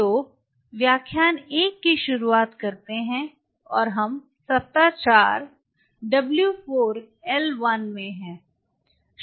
तो व्याख्यान 1 की शुरुआत करते हैं और हम सप्ताह 4 डब्ल्यू 4 एल 1 में हैं